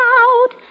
out